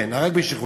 כן, הרג בשכרות.